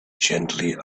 gently